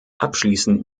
abschließend